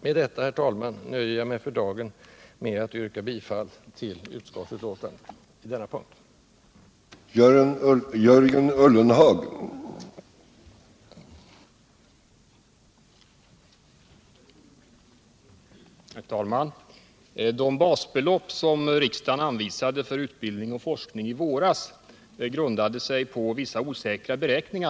För dagen, herr talman, nöjer jag mig med att yrka bifall till utbildningsutskottets hemställan på denna punkt.